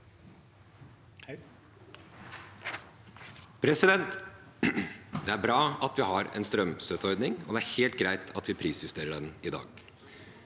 Det er bra at vi har en strømstøtteordning, og det er helt greit at vi prisjusterer den i dag.